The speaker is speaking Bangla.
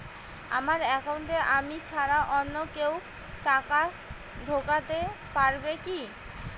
আমার একাউন্টে আমি ছাড়া অন্য কেউ টাকা ঢোকাতে পারবে কি?